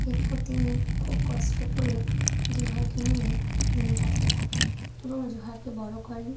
এরপর তিনি খুব কষ্ট করে জোহরাকে নিয়ে দিন কাটাতে থাকেন এবং জোহরাকে বড় করেন